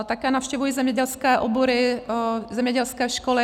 Také navštěvuji zemědělské obory, zemědělské školy.